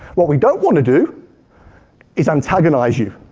what we don't want to do is antagonize you.